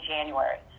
January